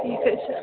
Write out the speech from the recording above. ٹھیٖک حَظ چھُ